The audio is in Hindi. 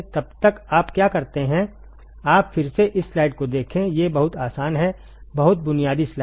तब तक आप क्या करते हैं आप फिर से इस स्लाइड को देखें ये बहुत आसान हैं बहुत बुनियादी स्लाइड